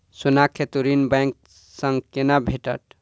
सोनाक हेतु ऋण बैंक सँ केना भेटत?